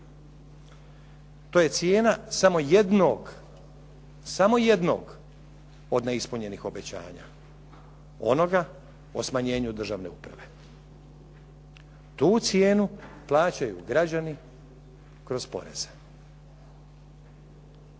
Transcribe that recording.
To je cijena samo jednog od neispunjenih obećanja onoga o smanjenju državne uprave. Tu cijenu plaćaju građani kroz poreze.